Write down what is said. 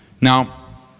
Now